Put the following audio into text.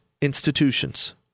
institutions